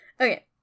Okay